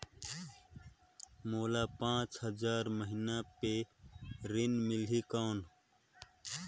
मोला पांच हजार महीना पे ऋण मिलही कौन?